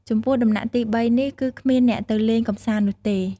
ចំពោះ ដំណាក់ទី៣នេះគឺគ្មានអ្នកទៅលេងកំសាន្តនោះទេ។